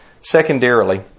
Secondarily